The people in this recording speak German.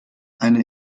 eine